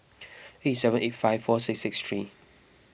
eight seven eight five four six six three